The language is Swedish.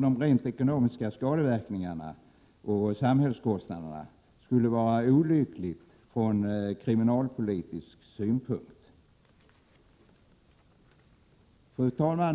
de rent ekonomiska skadeverkningarna och samhällskostnaderna skulle vara olycklig från kriminalpolitisk synpunkt. Fru talman!